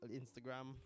instagram